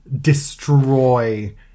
destroy